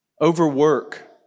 Overwork